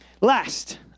Last